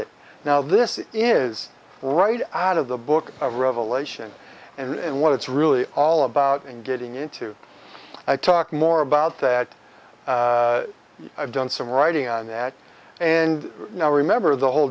it now this is right out of the book of revelation and what it's really all about and getting into i talk more about that i've done some writing on that and now remember the whole